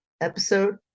episode